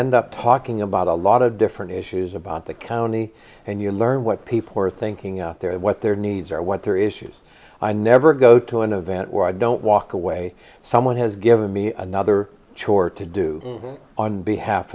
end up talking about a lot of different issues about the county and you learn what people are thinking out there and what their needs are what their issues i never go to an event where i don't walk away someone has given me another chore to do on behalf